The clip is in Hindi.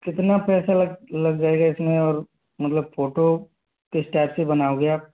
कितना पैसा लग लग जाएगा इस में और मतलब फोटो किस टाइप के बनाओगे आप